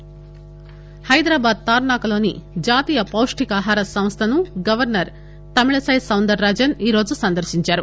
గవర్స ర్ హైదరాబాద్ తార్పా కలోని జాతీయ పొష్షికాహార సంస్థను గవర్పర్ తమిళిసై సౌందర రాజన్ ఈరోజు సందర్పించారు